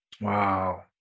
Wow